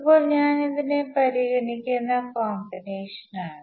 ഇപ്പോൾ ഇത് ഞാൻ പരിഗണിക്കുന്ന കോമ്പിനേഷനാണ്